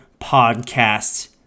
podcast